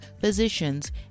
physicians